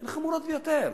הן חמורות ביותר.